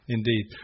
Indeed